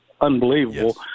unbelievable